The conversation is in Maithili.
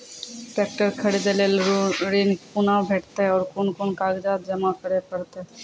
ट्रैक्टर खरीदै लेल ऋण कुना भेंटते और कुन कुन कागजात जमा करै परतै?